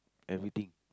everything